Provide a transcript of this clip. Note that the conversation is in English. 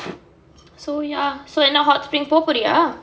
so ya so என்னா:ennaa hot spring போபோறியா:poporiyaa